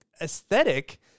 aesthetic